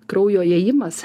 kraujo ėjimas